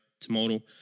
tomorrow